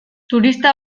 turista